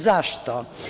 Zašto?